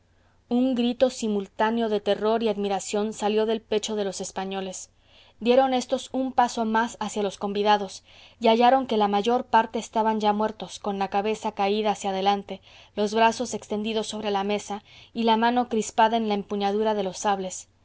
un grito simultáneo de terror y admiración salió del pecho de los españoles dieron éstos un paso más hacia los convidados y hallaron que la mayor parte estaban ya muertos con la cabeza caída hacia adelante los brazos extendidos sobre la mesa y la mano crispada en la empuñadura de los sables